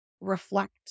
reflect